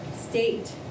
state